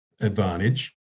advantage